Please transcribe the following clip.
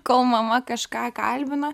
kol mama kažką kalbina